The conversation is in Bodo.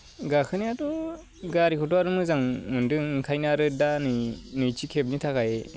गाखोनायाथ' गारिखौथ' आरो मोजां मोनदों ओंखायनो आरो दा नै नैथि खेबनि थाखाय